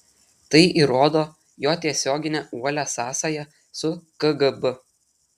tai įrodo jo tiesioginę uolią sąsają su kgb